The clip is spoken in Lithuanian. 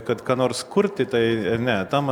kad ką nors kurti tai ne tam